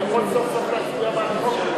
אני יכול, סוף-סוף, להצביע בעד החוק,